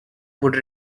would